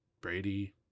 Brady